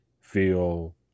feel